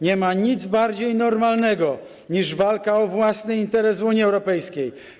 Nie ma nic bardziej normalnego niż walka o własny interes w Unii Europejskiej.